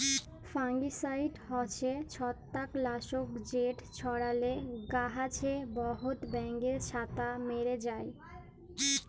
fungicide হছে ছত্রাক লাসক যেট ছড়ালে গাহাছে বহুত ব্যাঙের ছাতা ম্যরে যায়